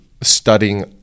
studying